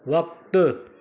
वक़्तु